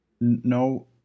no